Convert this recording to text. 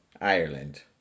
Ireland